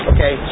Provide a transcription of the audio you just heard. Okay